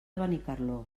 benicarló